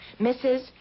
Mrs